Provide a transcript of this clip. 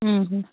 ꯎꯝ ꯎꯝ